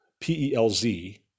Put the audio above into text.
P-E-L-Z